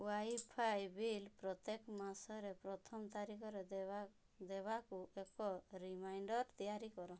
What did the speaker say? wifi bill ପ୍ରତ୍ୟେକ ମାସରେ ପ୍ରଥମ ତାରିଖରେ ଦେବା ଦେବାକୁ ଏକ ରିମାଇଣ୍ଡର୍ ତିଆରି କର